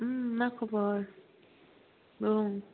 मा खबर बुं